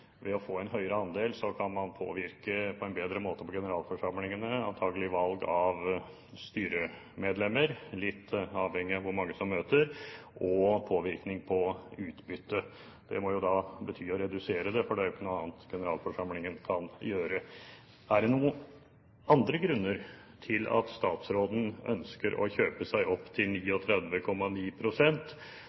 ved å få en høyere andel kan man påvirke på en bedre måte på generalforsamlingene, antakelig valg av styremedlemmer, litt avhengig av hvor mange som møter, og påvirkning på utbyttet. Det må jo da bety å redusere utbyttet, for det er jo ikke noe annet generalforsamlingen kan gjøre. Er det noen andre grunner til at statsråden ønsker å kjøpe seg opp til